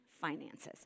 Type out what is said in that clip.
finances